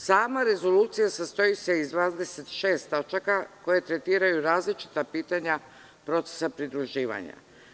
Sama rezolucija sastoji se iz 26 tačaka koje tretiraju različita pitanja procesa pridruživanja.